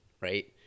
right